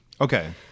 Okay